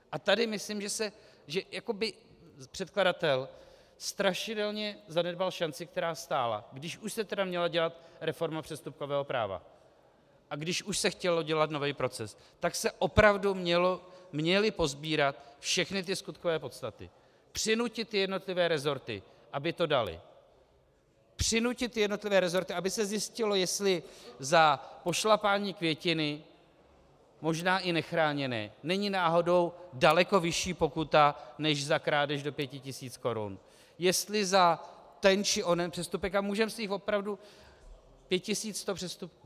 A tady myslím, že jako by předkladatel strašidelně zanedbal šanci, která stála, když už se tedy měla dělat reforma přestupkového práva a když už se chtělo dělat nový proces, tak se opravdu měly posbírat všechny skutkové podstaty, přinutit jednotlivé rezorty, aby to daly, přinutit jednotlivé rezorty, aby se zjistilo, jestli za pošlapání květiny, možná i nechráněné, není náhodou daleko vyšší pokuta než za krádež do pěti tisíc korun, jestli za ten či onen přestupek, a můžeme vzít opravdu 5 100 přestupků.